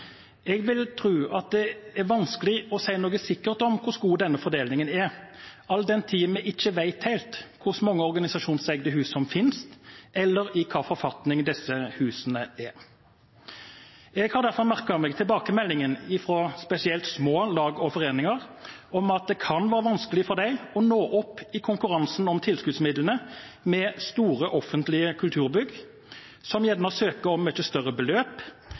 Jeg vil tro at det er vanskelig å si noe sikkert om hvor god denne fordelingen er, all den tid vi ikke helt vet hvor mange organisasjonseide hus som finnes, eller hvilken forfatning disse husene er i. Jeg har derfor merket meg tilbakemeldingene fra spesielt små lag og foreninger om at det kan være vanskelig for dem å nå opp i konkurransen om tilskuddsmidlene med store offentlige kulturbygg, som gjerne søker om mye større beløp.